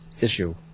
issue